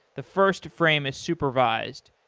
the first frame is supervised.